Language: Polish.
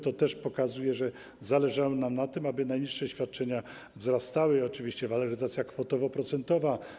To też pokazuje, że zależało nam na tym, aby najniższe świadczenia wzrastały, jak też oczywiście waloryzacja kwotowo-procentowa.